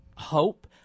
hope